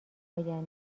آینده